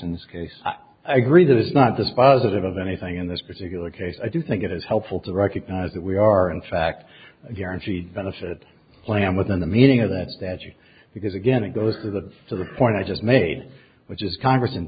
in this case i agree that it's not dispositive of anything in this particular case i do think it is helpful to recognize that we are in fact a guaranteed benefit plan within the meaning of that that you because again it goes to the to the point i just made which is congress